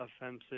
offensive